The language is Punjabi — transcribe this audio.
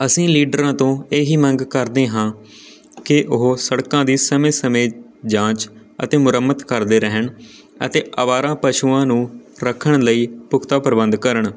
ਅਸੀਂ ਲੀਡਰਾਂ ਤੋਂ ਇਹੀ ਮੰਗ ਕਰਦੇ ਹਾਂ ਕਿ ਉਹ ਸੜਕਾਂ ਦੀ ਸਮੇਂ ਸਮੇਂ ਜਾਂਚ ਅਤੇ ਮੁਰੰਮਤ ਕਰਦੇ ਰਹਿਣ ਅਤੇ ਅਵਾਰਾ ਪਸ਼ੂਆਂ ਨੂੰ ਰੱਖਣ ਲਈ ਪੁਖਤਾ ਪ੍ਰਬੰਧ ਕਰਨ